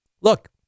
look